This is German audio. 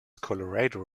colorado